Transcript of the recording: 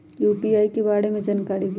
UPI के बारे में जानकारी दियौ?